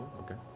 okay.